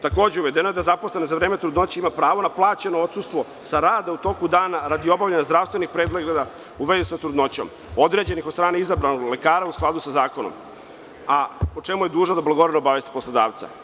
Takođe, uvedeno je da zaposlena za vreme trudnoće ima pravo na plaćeno odsustvo sa rada u toku dana radi obavljanja zdravstvenih pregleda u vezi sa trudnoćom određenih od strane izabranog lekara, a u skladu sa zakonom, a o čemu blagovremeno mora obavestiti poslodavca.